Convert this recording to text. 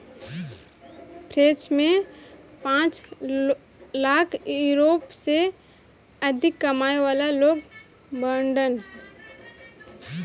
French में पांच lakh euro से अधिक कमाए वाला लोग बाड़न